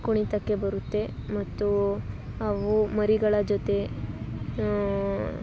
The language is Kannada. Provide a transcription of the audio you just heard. ಕುಣಿತಕ್ಕೆ ಬರುತ್ತೆ ಮತ್ತು ಅವು ಮರಿಗಳ ಜೊತೆ